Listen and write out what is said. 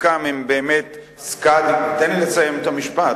חלקם הם באמת "סקאדים" תן לי לסיים את המשפט,